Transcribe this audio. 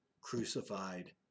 crucified